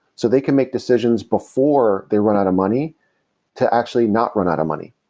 so they can make decisions before they run out of money to actually not run out of money.